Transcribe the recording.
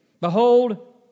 behold